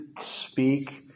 speak